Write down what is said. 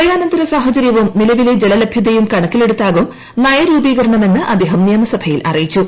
പ്രളയാനന്തര സാഹചര്യവും നില്ലിലെ ജലലഭ്യതയും കണക്കിലെടുത്താകും നയരൂപീകരണം എന്ന് അദ്ദേഹം നിയമസഭയിൽ അറിയിച്ചു